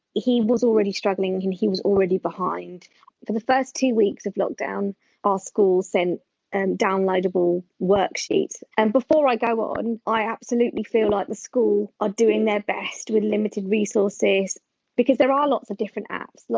he was already struggling and he was already behind. for the first two weeks of lockdown our school sent and downloadable worksheets and before i go on i absolutely feel like the school are doing their best with limited resources because there are lots of different apps.